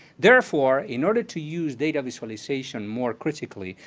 therefore, in order to use data visualization more critically,